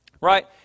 Right